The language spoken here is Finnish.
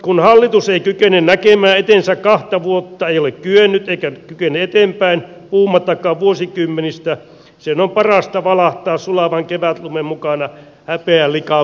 kun hallitus ei kykene näkemään eteensä kahta vuotta ei ole kyennyt eikä kykene eteenpäin puhumattakaan vuosikymmenistä sen on parasta valahtaa sulavan kevätlumen mukana häpeän likaviemäreihin